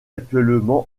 actuellement